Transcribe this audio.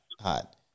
hot